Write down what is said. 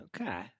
Okay